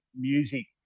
music